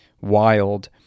wild